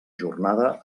jornada